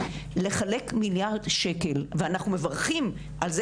לחלק מיליארד שקל ואנחנו מברכים על זה